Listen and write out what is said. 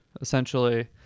essentially